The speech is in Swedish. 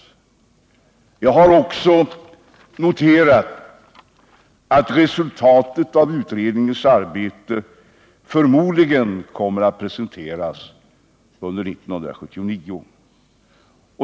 Jag har också noterat att resultatet av utredningens arbete förmodligen kommer att presenteras under 1979.